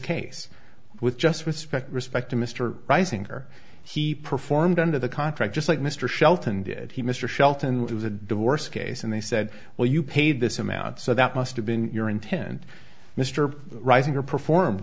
case with just respect respect to mr risinger he performed under the contract just like mr shelton did he mr shelton was a divorce case and they said well you paid this amount so that must have been your intent mr risinger perform